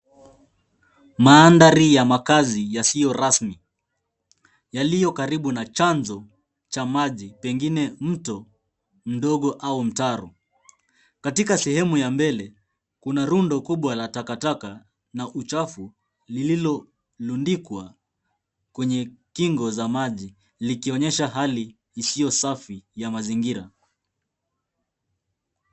Mandhari ya makazi yasiyo rasmi, yaliyo karibu na chanzo cha maji, pengine mto mdogo au mtaro. Katika sehemu ya mbele, kuna rundo kubwa la takataka na uchafu, lililorundikwa kwenye kingo za maji , likionyesha hali isiyosafi ya mazingira.